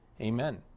Amen